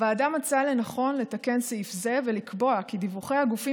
הוועדה מצאה לנכון לתקן סעיף זה ולקבוע כי דיווחי הגופים